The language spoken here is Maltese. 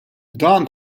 dan